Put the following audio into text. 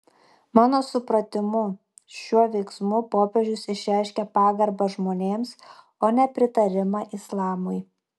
mano supratimu šiuo veiksmu popiežius išreiškė pagarbą žmonėms o ne pritarimą islamui